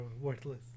worthless